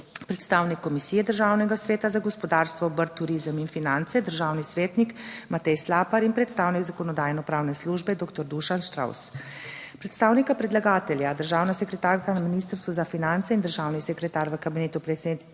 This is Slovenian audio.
Predstavnik Komisije Državnega sveta za gospodarstvo, obrt, turizem in finance, državni svetnik Matej Slapar in predstavnik Zakonodajno-pravne službe, doktor Dušan Štravs. Predstavnika predlagatelja državna sekretarka na Ministrstvu za finance in državni sekretar v Kabinetu predsednika